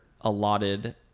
allotted